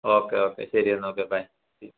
okay okay ശരി എന്നാൽ okay bye see U